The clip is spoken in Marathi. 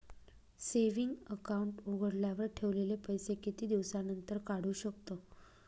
सेविंग अकाउंट उघडल्यावर ठेवलेले पैसे किती दिवसानंतर काढू शकतो?